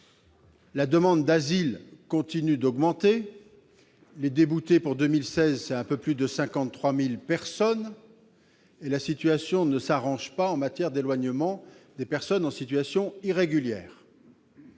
Les demandes d'asile continuent d'augmenter. On dénombre pour 2016 un peu plus de 53 000 personnes déboutées, et la situation ne s'arrange pas en matière d'éloignement des personnes en situation irrégulière.